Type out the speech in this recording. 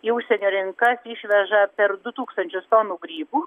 į užsienio rinkas išveža per du tūkstančius tonų grybų